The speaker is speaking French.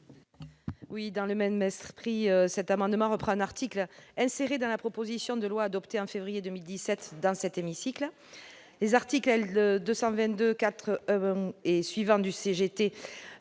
Dans le même esprit, il s'agit de reprendre un article inséré dans la proposition de loi adoptée en février 2017 dans ce même hémicycle. Les articles L. 2224-1 et suivants du